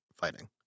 fighting